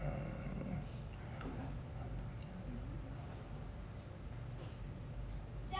um